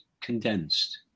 condensed